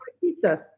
pizza